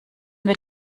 wird